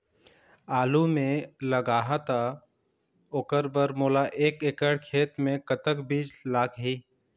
आलू मे लगाहा त ओकर बर मोला एक एकड़ खेत मे कतक बीज लाग ही?